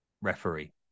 referee